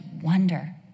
wonder